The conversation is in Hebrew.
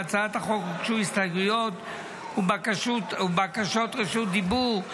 להצעת החוק הוגשו הסתייגויות ובקשות רשות דיבור.